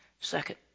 Second